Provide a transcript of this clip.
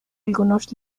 algunos